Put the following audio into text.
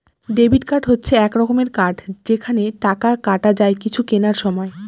debit card হচ্ছে এক রকমের কার্ড যেখানে টাকা কাটা যায় কিছু কেনার সময়